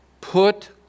put